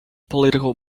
political